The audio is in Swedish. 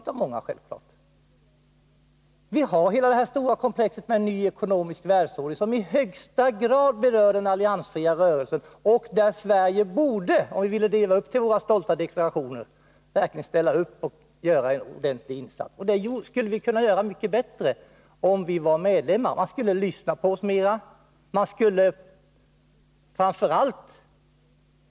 Ta hela det stora komplexet av frågor som gäller en ny ekonomisk världsordning. Det berör i högsta grad den alliansfria rörelsen. Där borde Sverige, om vi verkligen vill leva upp till våra stolta deklarationer, ställa upp och göra en ordentlig insats. Det skulle vi kunna göra mycket bättre om vi var medlemmar i den alliansfria rörelsen.